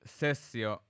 sessio